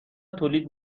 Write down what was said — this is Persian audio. تولید